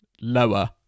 lower